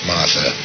Martha